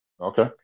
okay